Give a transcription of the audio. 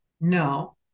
no